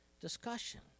discussion